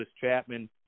chapman